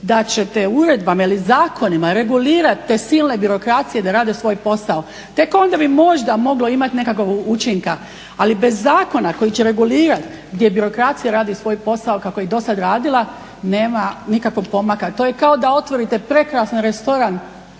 da ćete uredbama ili zakonima regulirati te silne birokracije da rade svoj posao. Tek onda bi možda moglo imati nekakvog učinka. Ali bez zakona koji će regulirati gdje birokracija radi svoj posao kako je i dosad radila nema nikakvog pomaka. To je kao da otvorite prekrasan restoran